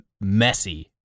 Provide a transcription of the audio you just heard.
messy